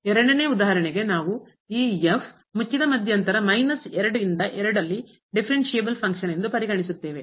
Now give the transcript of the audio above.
ಎರಡನೇ ಉದಾಹರಣೆಗೆ ನಾವು ಈ ಮುಚ್ಚಿದ ಮಧ್ಯಂತರ ಇಂದ ಅಲ್ಲಿ ಡಿಫರೆನ್ಸಿಯಬಲ್ ಫಂಕ್ಷನ್ ಕಾರ್ಯ ಎಂದು ಪರಿಗಣಿಸುತ್ತೇವೆ